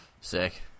Sick